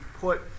put